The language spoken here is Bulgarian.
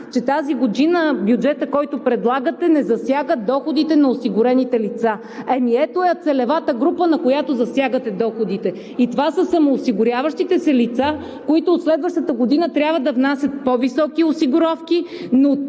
че тази година бюджетът, който предлагате, не засяга доходите на осигурените лица. Ето я целевата група, на която засягате доходите! Това са самоосигуряващите се лица, които от следващата година трябва да внасят по-високи осигуровки,